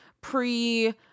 pre-